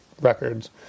records